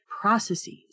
processes